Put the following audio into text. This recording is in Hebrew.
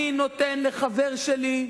אני נותן לחבר שלי,